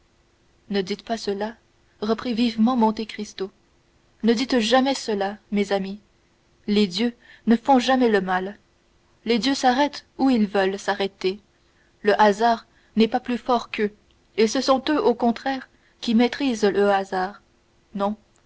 ne dites pas cela reprit vivement monte cristo ne dites jamais cela mes amis les dieux ne font jamais le mal les dieux s'arrêtent où ils veulent s'arrêter le hasard n'est pas plus fort qu'eux et ce sont eux au contraire qui maîtrisent le hasard non